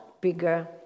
bigger